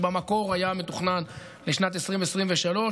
שבמקור היה מתוכנן לשנת 2023,